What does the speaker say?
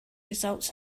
results